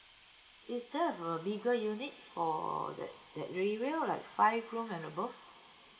is there have uh bigger unit or that that review like five room and above